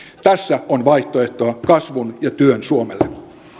tässä on vaihtoehtoa kasvun ja työn suomelle